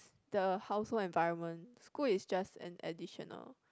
the household environment school is just an additional